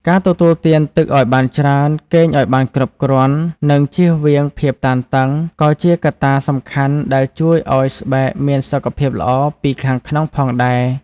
ការទទួលទានទឹកឲ្យបានច្រើន គេងឲ្យបានគ្រប់គ្រាន់ និងចៀសវាងភាពតានតឹង ក៏ជាកត្តាសំខាន់ដែលជួយឲ្យស្បែកមានសុខភាពល្អពីខាងក្នុងផងដែរ។